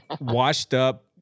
washed-up